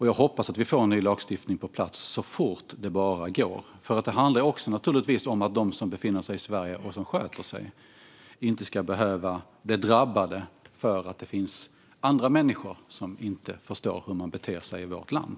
Jag hoppas att vi får ny lagstiftning på plats så fort det bara går, för det handlar naturligtvis också om att de som befinner sig i Sverige, och som sköter sig, inte ska behöva drabbas för att det finnas andra människor som inte förstår hur man beter sig i vårt land.